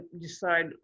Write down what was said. decide